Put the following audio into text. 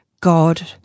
God